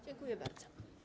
Dziękuję bardzo.